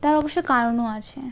তার অবশ্য কারণও আছে